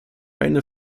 eine